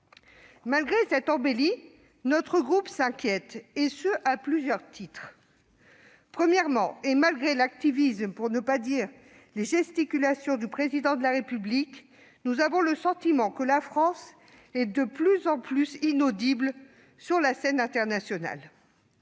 Malgré cette embellie, notre groupe s'inquiète à plusieurs titres. Premièrement, en dépit de l'activisme, pour ne pas dire des gesticulations, du Président de la République, nous avons le sentiment que la France est de plus en plus inaudible sur la scène internationale.